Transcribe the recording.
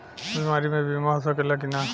बीमारी मे बीमा हो सकेला कि ना?